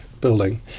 building